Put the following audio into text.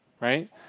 right